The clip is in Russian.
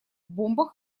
бомбах